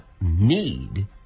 need